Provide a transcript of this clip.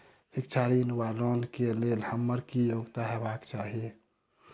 शिक्षा ऋण वा लोन केँ लेल हम्मर की योग्यता हेबाक चाहि?